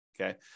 Okay